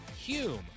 Hume